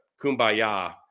Kumbaya